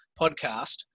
podcast